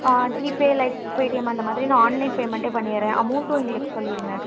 ஆ GPay like Paytm அந்த மாதிரி நான் ஆன்லைன் பேமண்ட்டே பண்ணிடுறன் அமௌன்ட்டும் எங்களுக்கு சொல்லிவிடுங்க